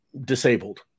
disabled